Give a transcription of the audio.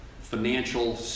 financial